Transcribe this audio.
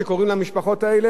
לכולם היו מייצגים: